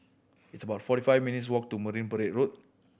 it's about forty five minutes' walk to Marine Parade Road